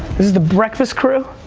this is the breakfast crew?